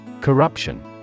Corruption